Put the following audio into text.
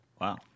Wow